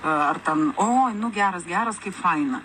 ar ten oi nu geras geras kaip faina